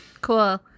cool